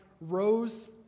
rose